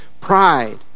pride